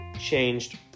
changed